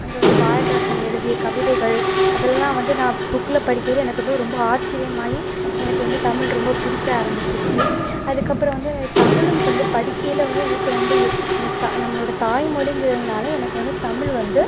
அதில் வந்து பாரதிதாசன் எழுதிய கவிதைகள் அதில் எல்லாம் வந்து நான் புக்கில் படிக்கயில எனக்கு வந்து ஆச்சரியம் ஆகி எனக்கு வந்து தமிழ் ரொம்ப பிடிக்க ஆரமிச்சுடுச்சி அதுக்கு அப்புறம் வந்த தமிழும் வந்து படிக்கயில் வந்து எனக்கு ரொம்ப நம்மளோடய தாய் மொழிக்கிறதுனால எனக்கு வந்து தமிழ் வந்து